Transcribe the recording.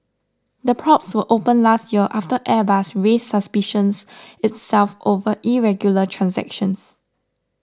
the probes were opened last year after Airbus raised suspicions itself over irregular transactions